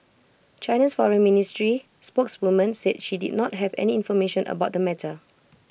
China's Foreign Ministry spokeswoman said she did not have any information about the matter